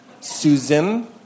Susan